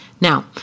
Now